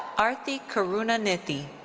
arthi karuna nithi.